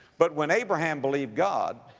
but when abraham believed god,